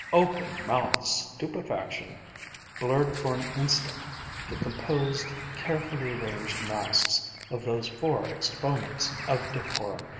open-mouthed stupefaction blurred for an instant the composed, carefully arranged masks of those four exponents of decorum.